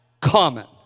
common